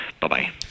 Bye-bye